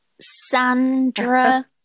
Sandra